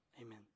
amen